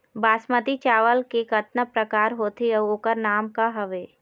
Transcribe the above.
बासमती चावल के कतना प्रकार होथे अउ ओकर नाम क हवे?